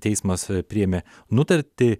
teismas priėmė nutartį